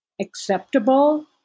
acceptable